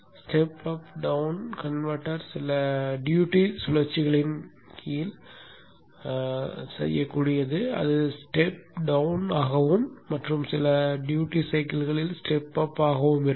step up down converter சில duty சுழற்சிகளின் கீழ் செய்யக்கூடியது அது ஸ்டெப் டவுன் ஆகவும் மற்ற சில ட்யூட்டி சைக்கிள்களில் ஸ்டெப் அப் ஆகவும் இருக்கும்